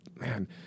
man